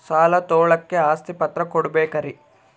ಸಾಲ ತೋಳಕ್ಕೆ ಆಸ್ತಿ ಪತ್ರ ಕೊಡಬೇಕರಿ?